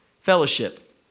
fellowship